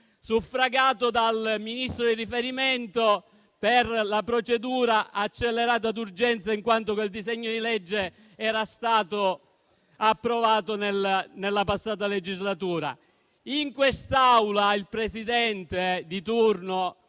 suffragato dal Ministro di riferimento, per la procedura accelerata d'urgenza, in quanto il disegno di legge era stato approvato nella scorsa legislatura. In quest'Aula il Presidente di turno